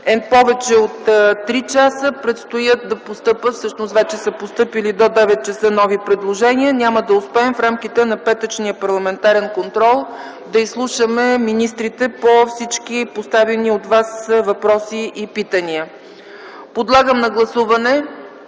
повече от три часа. Предстои да постъпят, но всъщност вече са постъпили, до 9,00 ч. нови предложения. Няма да успеем в рамките на петъчния парламентарен контрол да изслушаме министрите по всички поставени от вас въпроси и питания. Подлагам на гласуване